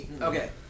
Okay